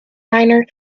minor